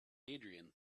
adrian